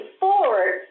forward